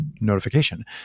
notification